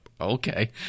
Okay